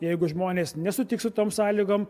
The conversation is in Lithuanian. jeigu žmonės nesutiks su tom sąlygom